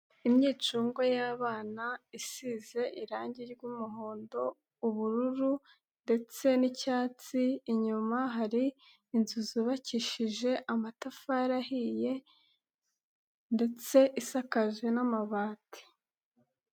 Imyicungo y'abana isize irange ry'umuhondo, ubururu ndetse n'icyatsi, inyuma hari inzu zubakishije amatafari ahiye ndetse isakaje n'amabati.